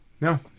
No